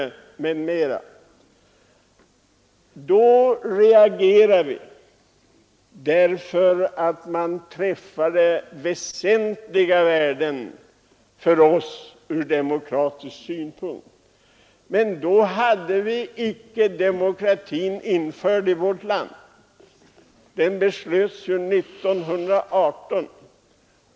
Då reagerade vi därför att det gällde väsentliga värden för oss ur demokratisk synpunkt. Men då var demokratin icke införd i vårt land, den beslöts år 1918.